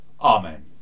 Amen